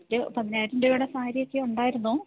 രു പതിനായിരം രൂപയുടെ സാരിയൊക്കെ ഉണ്ടായിരുന്നു